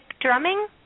drumming